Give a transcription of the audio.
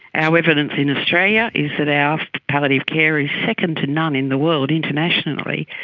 our evidence in australia is that our palliative care is second to none in the world internationally,